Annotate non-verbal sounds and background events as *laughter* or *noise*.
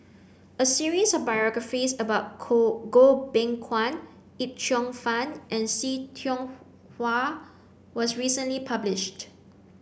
a series of biographies about *unintelligible* Goh Beng Kwan Yip Cheong Fun and See Tiong *noise* Wah was recently published